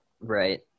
Right